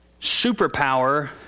superpower